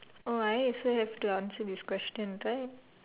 oh I also have to answer this question right